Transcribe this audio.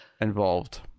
involved